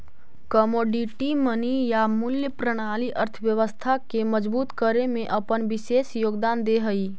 commodity money या मूल्य प्रणाली अर्थव्यवस्था के मजबूत करे में अपन विशेष योगदान दे हई